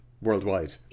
worldwide